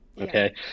Okay